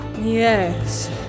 Yes